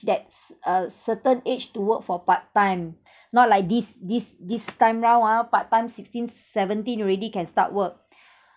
that's uh certain age to work for part time not like this this this time round ah part time sixteen seventeen already can start work